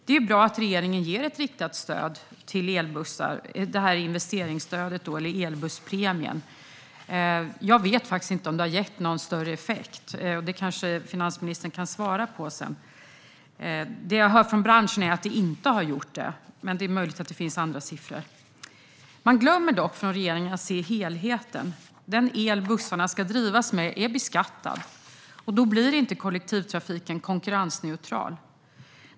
Det är bra att regeringen ger ett riktat investeringsstöd till elbussar, nämligen elbusspremien. Jag vet faktiskt inte om det har gett någon större effekt. Det kanske finansministern kan svara på. Det jag hör från branschen är att det inte har gjort det, men det är möjligt att det finns andra siffror. Man glömmer dock från regeringen att se helheten. Den el bussarna ska drivas med är beskattad. Då blir inte kollektivtrafiken konkurrensneutral.